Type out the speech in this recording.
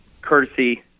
courtesy